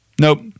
nope